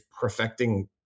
perfecting